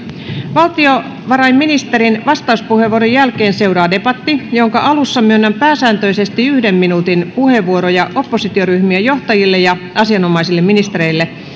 valtiovarainministerin vastauspuheenvuoron jälkeen seuraa debatti jonka alussa myönnän pääsääntöisesti yhden minuutin puheenvuoroja oppositioryhmien johtajille ja asianomaisille ministereille